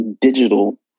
digital